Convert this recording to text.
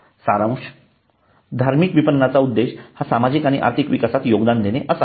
सारांश धार्मिक विपणनाचा उद्देश हा सामाजिक आणि आर्थिक विकासात योगदान देणे असा आहे